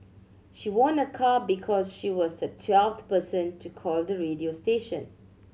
she won a car because she was the twelfth person to call the radio station